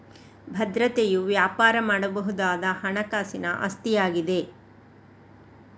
ಭದ್ರತೆಯು ವ್ಯಾಪಾರ ಮಾಡಬಹುದಾದ ಹಣಕಾಸಿನ ಆಸ್ತಿಯಾಗಿದೆ